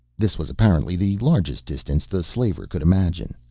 this was apparently the largest distance the slaver could imagine.